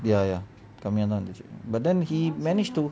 ya ya கம்மிய தான் இருந்துச்சு:kammiya dhan irunthuchu but then he manage to